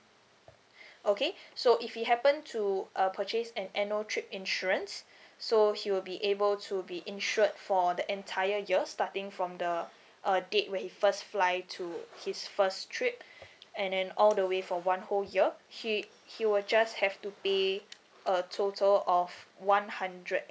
okay so if he happen to uh purchase an annual trip insurance so he will be able to be insured for the entire year starting from the uh date where he first fly to his first trip and then all the way for one whole year he he will just have to pay a total of one hundred